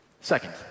Second